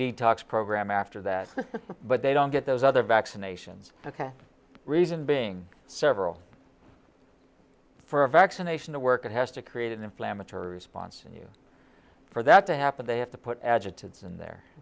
detox program after that but they don't get those other vaccinations ok reason being several for a vaccination to work it has to create an inflammatory response in you for that to happen they have to put ad